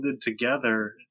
together